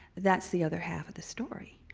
that's the other half of the story.